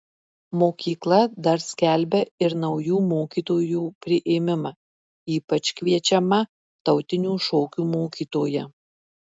mokykla dar skelbia ir naujų mokytojų priėmimą ypač kviečiama tautinių šokių mokytoja